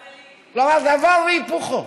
כלומר, דבר והיפוכו.